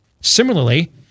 Similarly